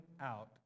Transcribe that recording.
out